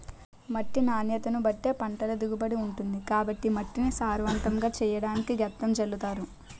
మట్టి నాణ్యతను బట్టే పంటల దిగుబడి ఉంటుంది కాబట్టి మట్టిని సారవంతంగా చెయ్యడానికి గెత్తం జల్లుతారు